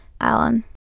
Alan